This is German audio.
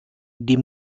die